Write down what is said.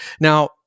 Now